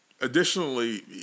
Additionally